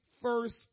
first